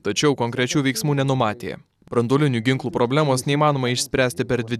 tačiau konkrečių veiksmų nenumatė branduolinių ginklų problemos neįmanoma išspręsti per dvi